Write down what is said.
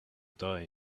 die